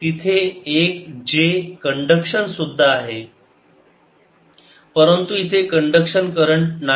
तिथे एक j conduction सुद्धा आहे परंतु इथे कंडक्शन करंट नाही